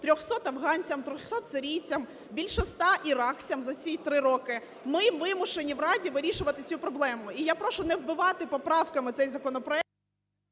300 афганцям, 300 сірійцям, більше 100 іракцям та ці 3 роки. Ми вимушені в Раді вирішувати цю проблему. І я прошу не вбивати поправками цей законопроект…